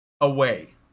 away